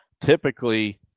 typically